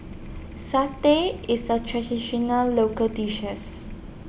Satay IS A Traditional Local dishes